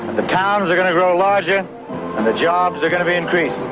the towns are going to grow larger and the jobs are going to be increased.